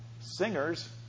singers